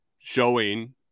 showing